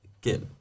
Get